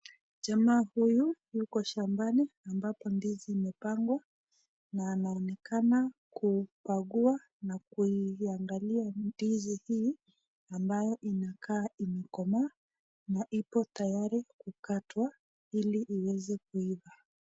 Jamaa huyu yuko shambani ambapo ndizi imepandwa na anaonekana kukagua na kuiangalia ndizi hii ambayo inakaa imekomaa na ipo tayari kukatwa ili iweze kuiva.